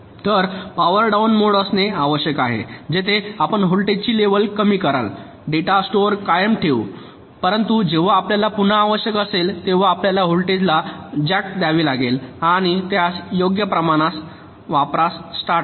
तर power down mode असणे चांगले आहे जेथे आपण व्होल्टेजची लेवल कमी कराल डेटा स्टोअर कायम ठेवू द्या परंतु जेव्हा आपल्याला पुन्हा आवश्यक असेल तेव्हा आपल्याला व्होल्टेजला जॅक द्यावी लागेल आणि त्यास योग्य वापरण्यास स्टार्ट करा